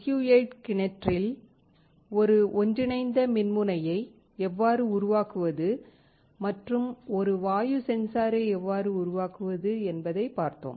SU 8 கிணற்றில் ஒரு ஒன்றிணைந்த மின்முனையை எவ்வாறு உருவாக்குவது மற்றும் ஒரு வாயு சென்சாரை எவ்வாறு உருவாக்குவது என்பதைப் பார்த்தோம்